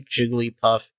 Jigglypuff